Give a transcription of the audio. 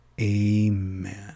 Amen